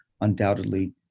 undoubtedly